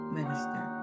Minister